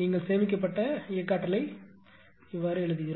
நீங்கள் சேமிக்கப்பட்ட இயக்க ஆற்றலை எழுதுங்கள்